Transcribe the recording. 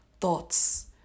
thoughts